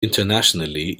internationally